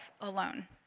alone